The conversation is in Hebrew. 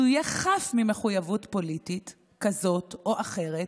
יהיה חף ממחויבות פוליטית כזאת או אחרת,